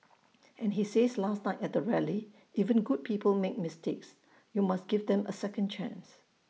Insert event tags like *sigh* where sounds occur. *noise* and he says last night at the rally even good people make mistakes you must give them A second chance